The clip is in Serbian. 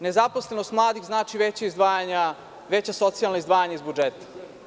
Nezaposlenost mladih znači veća izdvajanja, veća socijalna izdvajanja iz budžeta.